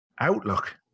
outlook